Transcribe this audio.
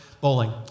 bowling